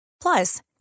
Plus